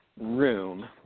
Room